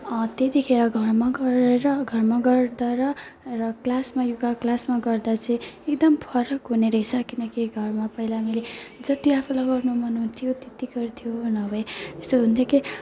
त्यतिखेर घरमा गरेर घरमा गर्दा र क्लासमा योगा क्लासमा गर्दा चाहिँ एकदम फरक हुनेरहेछ किनकि घरमा पहिला मैले जति आफूलाई गर्नु मन हुन्थ्यो त्यत्ति गर्थ्यो नभए यस्तो हुन्थ्यो कि